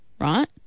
right